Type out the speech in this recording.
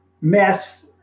mess